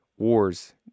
wars